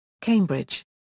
Cambridge